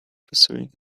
pursuing